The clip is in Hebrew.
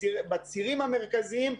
בצירים המרכזיים,